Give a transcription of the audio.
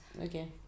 Okay